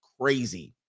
crazy